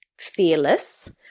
fearless